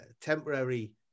temporary